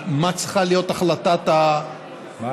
אבל מה צריכה להיות החלטת, מה?